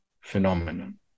phenomenon